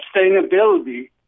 sustainability